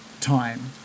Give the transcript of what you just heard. time